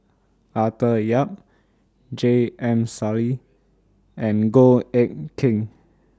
Arthur Yap J M Sali and Goh Eck Kheng